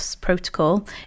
protocol